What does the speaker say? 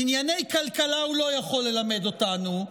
ענייני כלכלה הוא לא יכול ללמד אותנו,